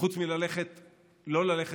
חוץ מלא ללכת לכלא,